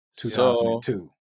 2002